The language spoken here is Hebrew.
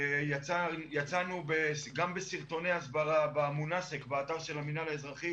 יצאנו גם בסרטוני הסברה באתר של המינהל האזרחי